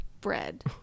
bread